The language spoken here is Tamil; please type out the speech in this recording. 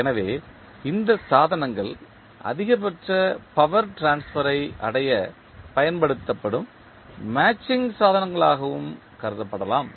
எனவே இந்த சாதனங்கள் அதிகபட்ச பவர் ட்ரான்ஸ்பர் ஐ அடைய பயன்படுத்தப்படும் மேட்சிங் சாதனங்களாகவும் கருதப்படலாம்